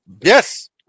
Yes